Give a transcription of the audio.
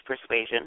persuasion